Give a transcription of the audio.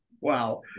Wow